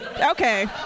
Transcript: Okay